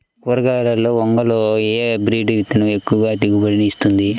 కూరగాయలలో వంగలో ఏ హైబ్రిడ్ విత్తనం ఎక్కువ దిగుబడిని ఇస్తుంది?